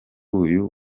uyu